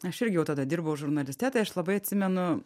aš irgi jau tada dirbau žurnaliste tai aš labai atsimenu